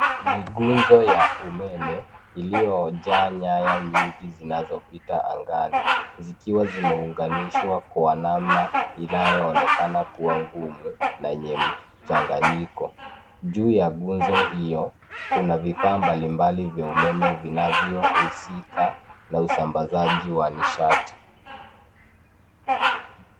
Ni nguzo ya umeme iliyojaa nyaya nyingi zinazopita angani, zikiwa zimeunganishwa kwa namna inayoonekana kuwa ngumu na yenye mchanganyiko. Juu ya nguzo hiyo kuna vifaa mbalimbali vya umeme vinavyohusika na usambazaji wa nishati.